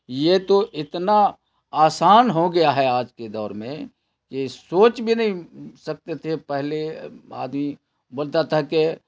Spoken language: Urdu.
یہ تو اتنا آسان ہو گیا ہے آج کے دور میں کہ سوچ بھی نہیں سکتے تھے پہلے آدمی بولتا تھا کہ